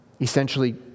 essentially